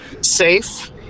safe